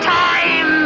time